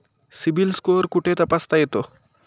CIBIL score कुठे तपासता येतो?